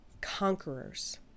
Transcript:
conquerors